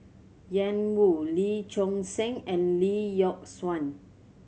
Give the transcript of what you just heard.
Ian Woo Lee Choon Seng and Lee Yock Suan